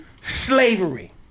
slavery